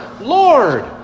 Lord